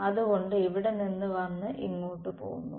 അത് കൊണ്ട് ഇവിടെ നിന്ന് വന്ന് ഇങ്ങോട്ട് പോന്നു